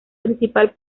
principal